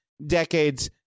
decades